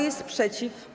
jest przeciw?